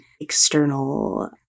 external